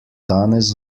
danes